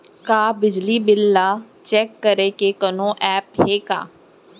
का बिजली बिल ल चेक करे के कोनो ऐप्प हे का?